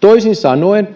toisin sanoen